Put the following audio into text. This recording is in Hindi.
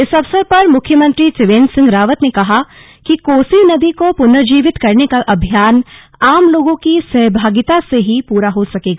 इस अवसर पर मुख्यमंत्री त्रिवेन्द्र सिंह रावत ने कहा कि कोसी नदी को पुनर्जीवित करने का अभियान आम लोगों की सहभागिता से ही पूरा हो सकेगा